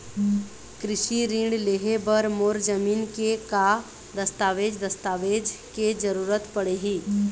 कृषि ऋण लेहे बर मोर जमीन के का दस्तावेज दस्तावेज के जरूरत पड़ही?